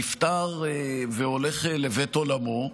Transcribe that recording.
נפטר והולך לבית עולמו.